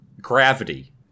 Gravity